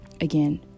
again